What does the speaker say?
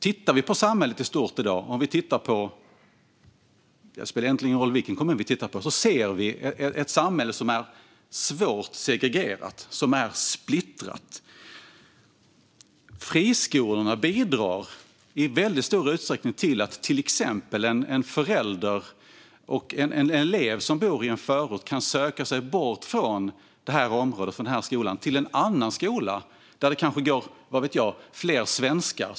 Tittar vi på samhället i stort i dag - det spelar egentligen ingen roll vilken kommun vi tittar på - ser vi ett samhälle som är svårt segregerat och splittrat. Friskolorna bidrar i stor utsträckning till att exempelvis en förälder till en elev som bor i en förort kan söka sig bort från det området och den skolan till en annan skola där det kanske går, vad vet jag - fler svenskar.